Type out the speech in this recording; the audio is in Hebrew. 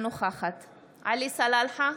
עלי סלאלחה,